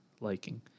liking